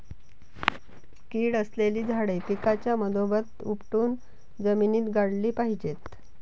कीड असलेली झाडे पिकाच्या मधोमध उपटून जमिनीत गाडली पाहिजेत